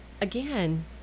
Again